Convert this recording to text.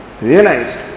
realized